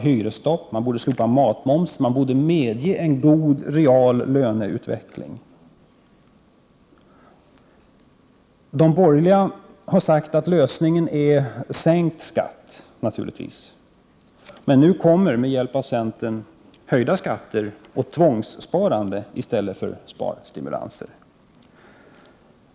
Hyresstopp borde införas, matmomsen borde slopas och en god real löneutveckling borde medges. De borgerliga har sagt att lösningen är sänkta skatter — naturligtvis. Nu kommer, med hjälp av centern, höjda skatter och tvångssparande i stället för sparstimulanser.